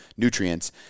nutrients